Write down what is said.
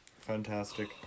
fantastic